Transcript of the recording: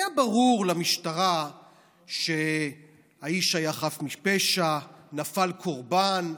היה ברור למשטרה שהאיש היה חף מפשע, נפל קורבן,